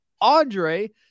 Andre